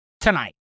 tonight